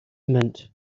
meant